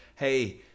Hey